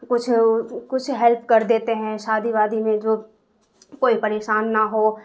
کچھ کچھ ہیلپ کر دیتے ہیں شادی وادی میں جو کوئی پریشان نہ ہو